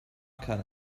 keine